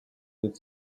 with